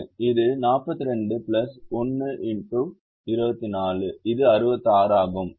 எனவே 2 x 21 இது 42 இது 66 ஆகும்